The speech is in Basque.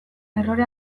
errore